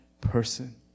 person